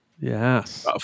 yes